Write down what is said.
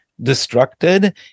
destructed